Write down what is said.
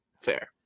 fair